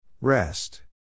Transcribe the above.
rest